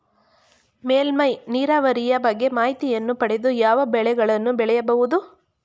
ಮೇಲ್ಮೈ ನೀರಾವರಿಯ ಬಗ್ಗೆ ಮಾಹಿತಿಯನ್ನು ಪಡೆದು ಯಾವ ಬೆಳೆಗಳನ್ನು ಬೆಳೆಯಬಹುದು?